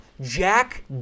Jack